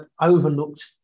overlooked